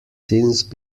since